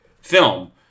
film